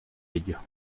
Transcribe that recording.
ello